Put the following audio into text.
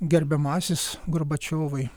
gerbiamasis gorbačiovai